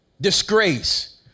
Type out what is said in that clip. Disgrace